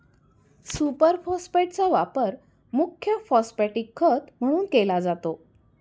super फॉस्फेटचा वापर मुख्य फॉस्फॅटिक खत म्हणून केला जातो